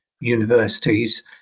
universities